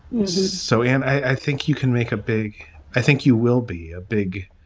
is so and i think you can make a big i think you will be a big,